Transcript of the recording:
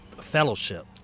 fellowship